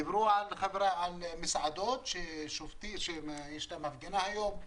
דיברו על מסעדות שיש להם הפגנה היום,